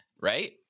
right